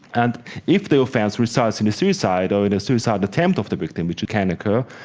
and if the offence results in a suicide or in a suicide attempt of the victim, which can occur,